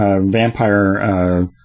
vampire